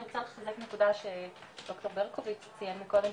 אני רוצה לחזק נקודה שד"ר ברקוביץ ציין מקודם,